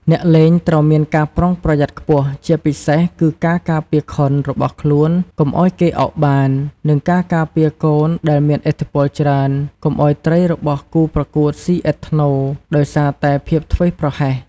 អ្នកលេងត្រូវមានការប្រុងប្រយ័ត្នខ្ពស់ជាពិសេសគឺការការពារ «ខុន» របស់ខ្លួនកុំឱ្យគេ «អុក» បាន និងការការពារកូនដែលមានឥទ្ធិពលច្រើនកុំឱ្យត្រីរបស់គូប្រកួតស៊ីឥតថ្នូរ ដោយសារតែភាពធ្វេសប្រហែស។